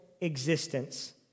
existence